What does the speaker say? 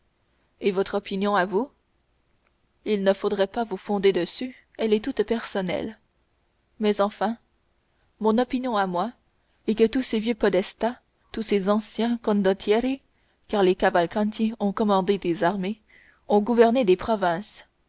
et votre opinion à vous il ne faudra pas vous fonder dessus elle est toute personnelle mais enfin mon opinion à moi est que tous ces vieux podestats tous ces anciens condottieri car ces cavalcanti ont commandé des armées ont gouverné des provinces